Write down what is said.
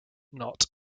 knot